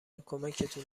کمکتون